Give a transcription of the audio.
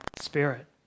spirit